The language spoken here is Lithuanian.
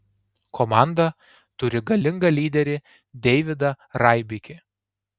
komanda turi galingą lyderį deividą raibikį